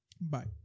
Bye